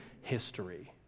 history